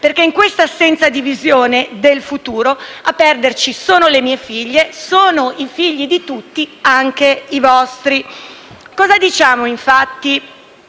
perché in questa assenza di visione del futuro a perderci sono le mie figlie e i figli di tutti, anche i vostri. Cosa diciamo, infatti,